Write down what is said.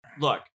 look